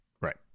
Right